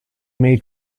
made